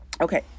Okay